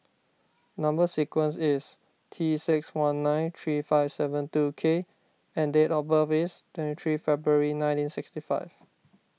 Number Sequence is T six one nine three five seven two K and date of birth is twenty three February nineteen sixty five